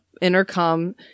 intercom